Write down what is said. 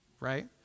right